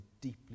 deeply